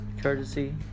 courtesy